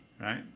right